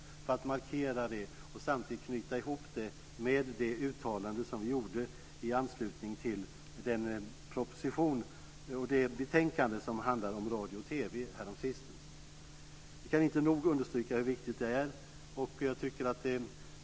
Det är för att markera och samtidigt knyta ihop detta med det uttalande som gjordes i anslutning till den proposition och det betänkande som handlade om radio och TV. Vi kan inte nog understryka hur viktigt detta är.